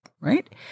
right